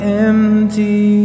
empty